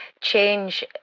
change